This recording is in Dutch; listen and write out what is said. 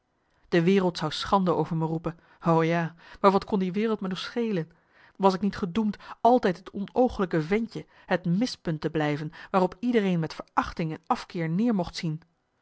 de wereld zou schande over me roepen o ja maar wat kon die wereld me nog schelen was ik niet gedoemd altijd het onooglijke ventje het mispunt te blijven waarop iedereen met verachting en afkeer neer mocht zien